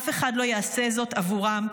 אף אחד לא יעשה זאת עבורם,